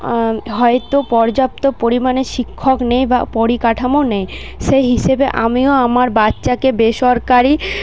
হয়তো পর্যাপ্ত পরিমাণে শিক্ষক নেই বা পরিকাঠামো নেই সেই হিসেবে আমিও আমার বাচ্চাকে বেসরকারি